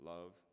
Love